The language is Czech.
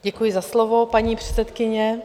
Děkuji za slovo, paní předsedkyně.